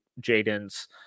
Jaden's